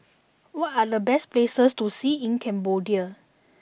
what are the best places to see in Cambodia